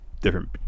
different